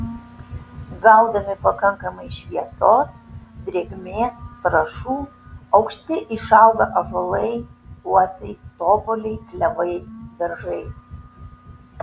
gaudami pakankamai šviesos drėgmės trąšų aukšti išauga ąžuolai uosiai topoliai klevai beržai